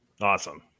Awesome